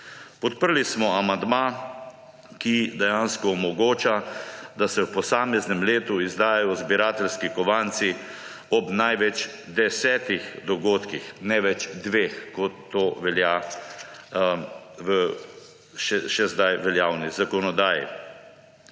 Podprli smo amandma, ki dejansko omogoča, da se v posameznem letu izdajajo zbirateljski kovanci ob največ desetih dogodkih, ne več dveh, kot to velja v še zdaj veljavni zakonodaji.